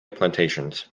plantations